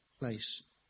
place